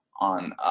on